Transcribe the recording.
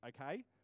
okay